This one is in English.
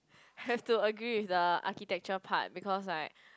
have to agree with the architecture part because like